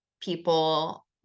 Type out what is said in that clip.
people